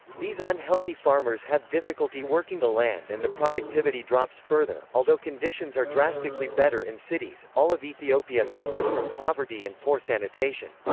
these unhealthy farmers have difficulty working the and the productivity drops further although conditions are drastically better in cities, all of ethiopia suffers from poverty and poor sanitation.